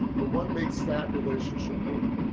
and what makes that relationship work.